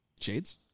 Shades